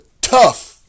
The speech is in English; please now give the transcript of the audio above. tough